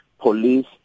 police